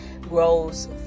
grows